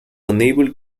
unable